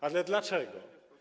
Ale dlaczego?